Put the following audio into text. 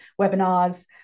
webinars